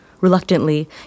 Reluctantly